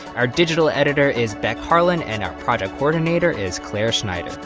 our digital editor is beck harlan. and our product coordinator is clare schneider.